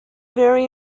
very